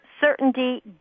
certainty